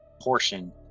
portion